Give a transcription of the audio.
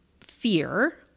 fear